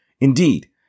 Indeed